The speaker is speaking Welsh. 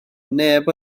neb